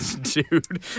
dude